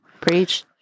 Preach